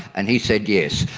and he said, yes.